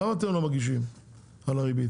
למה אתם לא מגישים תביעה כזאת?